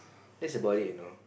that's about it you know